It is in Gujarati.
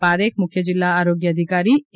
પારેખ મુખ્ય જિલ્લા આરોગ્ય અધિકારી એ